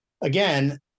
again